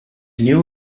new